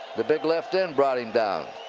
the big left end, brought him down.